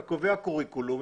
אתה קובע קוריקולום,